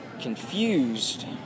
confused